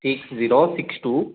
six zero six two